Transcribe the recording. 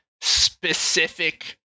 specific